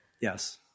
Yes